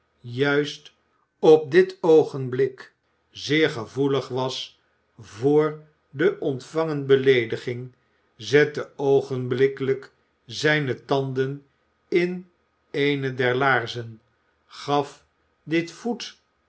juist op dit oogenblik zeer gevoelig was voor de ontvangene beleediging zette oogenblikkelijk zijne tanden in eene der laarzen gaf dit voetbekleedsel